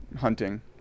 hunting